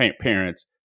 parents